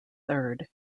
third